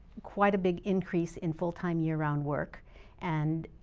quite a big increase in full-time year-round work and